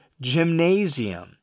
gymnasium